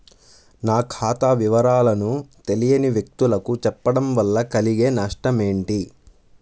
నా ఖాతా వివరాలను తెలియని వ్యక్తులకు చెప్పడం వల్ల కలిగే నష్టమేంటి?